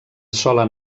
sola